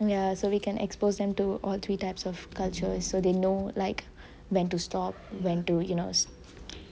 ya so we can expose them to all three types of cultures so they know when to stop when to